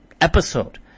episode